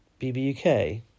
BBUK